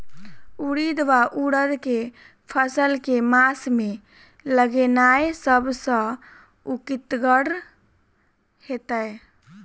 उड़ीद वा उड़द केँ फसल केँ मास मे लगेनाय सब सऽ उकीतगर हेतै?